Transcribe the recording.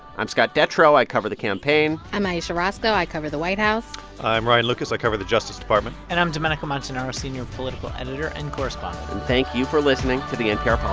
i'm scott detrow. i cover the campaign i'm ayesha rascoe. i cover the white house i'm ryan lucas. i cover the justice department and i'm domenico montanaro, senior political editor and correspondent and thank you for listening to the npr ah